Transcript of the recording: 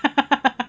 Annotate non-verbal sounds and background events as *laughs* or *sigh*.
*laughs*